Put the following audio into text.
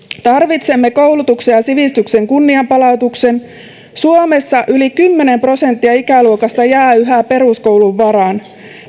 tarvitsemme koulutuksen ja sivistyksen kunnianpalautuksen suomessa yli kymmenen prosenttia ikäluokasta jää yhä peruskoulun varaan